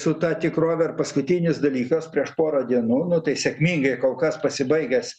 su ta tikrove ir paskutinis dalykas prieš porą dienų nu tai sėkmingai kol kas pasibaigęs